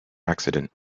accident